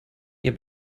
ihr